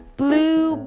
blue